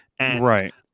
Right